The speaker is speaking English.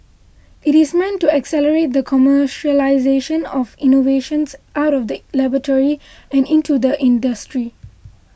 it is meant to accelerate the commercialisation of innovations out of the laboratory and into the industry